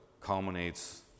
culminates